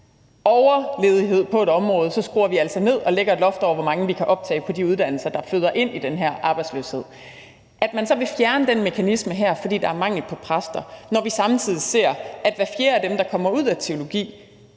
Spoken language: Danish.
overledighed på et område, så skruer vi altså ned og lægger et loft over, hvor mange vi kan optage på de uddannelser, der føder ind i den her arbejdsløshed. I forhold til at man så vil fjerne den mekanisme her, fordi der er mangel på præster, når vi samtidig ser, at hver fjerde af dem, der kommer ud af teologistudiet,